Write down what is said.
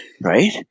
right